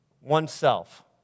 oneself